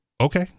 okay